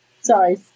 Sorry